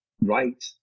right